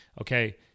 Okay